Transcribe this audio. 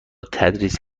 تدریس